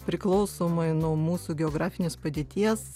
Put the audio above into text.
priklausomai nuo mūsų geografinės padėties